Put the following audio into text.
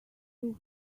two